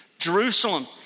Jerusalem